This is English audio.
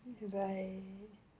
you by